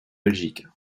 belgique